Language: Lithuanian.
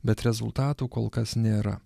bet rezultatų kol kas nėra